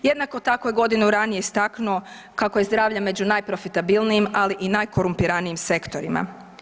Jednako tako je godinu ranije istaknuo kako je zdravlje među najprofitabilnijim, ali i najkorumpiranijim sektorima.